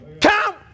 come